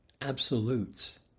absolutes